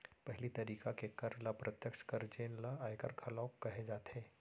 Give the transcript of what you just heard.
पहिली तरिका के कर ल प्रत्यक्छ कर जेन ल आयकर घलोक कहे जाथे